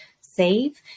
save